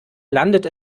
landet